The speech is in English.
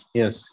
yes